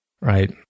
right